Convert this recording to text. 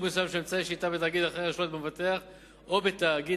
מסוים של אמצעי שליטה בתאגיד אחר השולט במבטח או בתאגיד